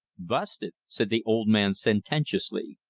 busted, said the old man sententiously.